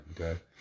Okay